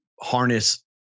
harness